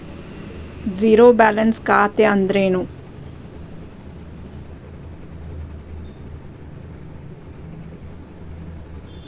Zero balance ಖಾತೆ ಅಂದ್ರೆ ಏನು?